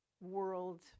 World